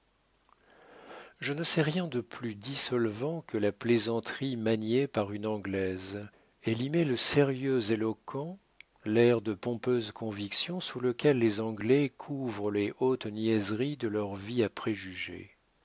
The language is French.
je ne sais rien de plus dissolvant que la plaisanterie maniée par une anglaise elle y met le sérieux éloquent l'air de pompeuse conviction sous lequel les anglais couvrent les hautes niaiseries de leur vie à préjugés